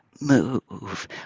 move